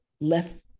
less